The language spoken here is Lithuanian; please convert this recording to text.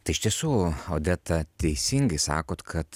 tai iš tiesų odeta teisingai sakot kad